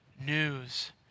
news